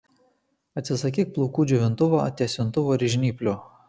atsisakyk plaukų džiovintuvo tiesintuvo ir žnyplių